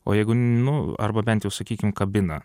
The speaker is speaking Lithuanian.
o jeigu nu arba bent jau sakykim kabina